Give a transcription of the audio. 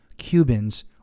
cubans